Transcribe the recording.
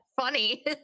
funny